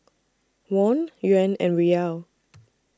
Won Yuan and Riyal